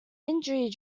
injury